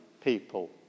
people